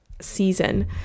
season